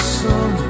sun